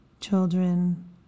children